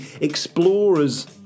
Explorers